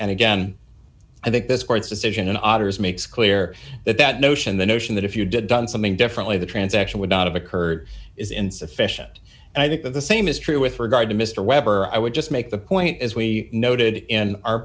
and again i think this court's decision in auditors makes clear that that notion the notion that if you did done something differently the transaction would not have occurred is insufficient and i think of the same is true with regard to mr weber i would just make the point as we noted in our